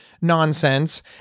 nonsense